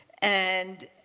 and